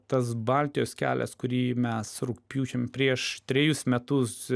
tas baltijos kelias kurį mes rugpjūčio prieš trejus metus